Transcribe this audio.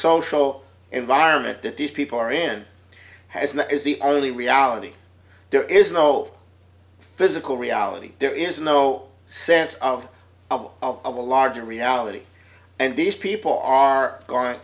social environment that these people are in has that is the only reality there is no physical reality there is no sense of a larger reality and these people are going